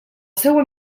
seua